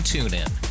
TuneIn